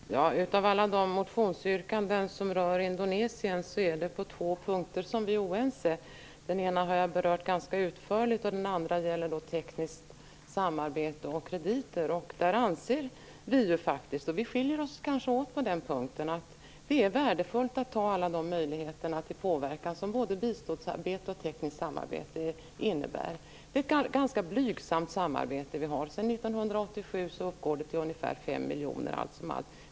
Fru talman! Av alla de motionsyrkanden som rör Indonesien är vi oense på två punkter. Den ena har jag berört ganska utförligt. Den andra gäller tekniskt samarbete och krediter. På den punken anser vi - där skiljer vi oss kanske åt - att det är värdefullt att ha alla de möjligheter till påverkan som både biståndsarbete och tekniskt samarbete innebär. Det är ett ganska blygsamt samarbete vi har. Sedan 1987 uppgår det till ungefär 5 miljoner, allt som allt.